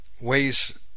ways